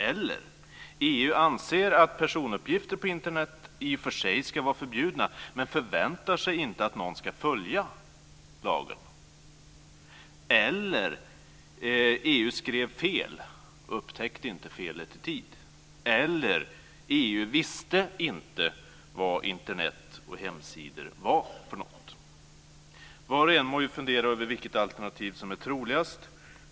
Eller att EU anser att personuppgifter på Internet i och för sig ska vara förbjudna, men inte förväntar sig att någon ska följa lagen. Eller att EU skrev fel, och inte upptäckte felet i tid. Eller att EU inte visste vad Internet och hemsidor var. Var och en må fundera över vilket alternativ som är troligast.